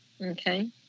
Okay